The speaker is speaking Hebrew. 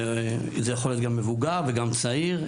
זה יכול להיות גם מבוגר וגם צעיר,